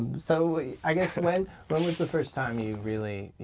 so i guess and when when was the first time you really,